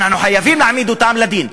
אנחנו חייבים להעמיד אותם לדין.